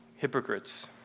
Hypocrites